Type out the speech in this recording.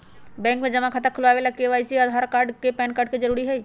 bank में जमा खाता खुलावे ला के.वाइ.सी ला आधार कार्ड आ पैन कार्ड जरूरी हई